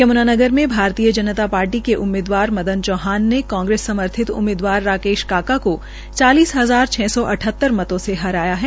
यमूनानगर में भारतीय जनता पार्टी के उम्मीदवार मदन चौहान ने कांग्रेस समर्थित उम्मीदवार राकेश काका को चालीस हजार छ सौ अठहतर मतों से हराया है